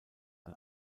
ein